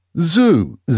ZOO